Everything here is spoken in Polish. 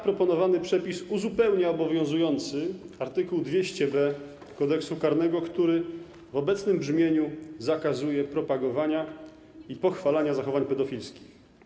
Proponowany przepis uzupełnia obowiązujący art. 200b Kodeksu karnego, który w obecnym brzmieniu zakazuje propagowania i pochwalania zachowań pedofilskich.